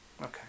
Okay